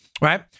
Right